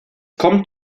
kommt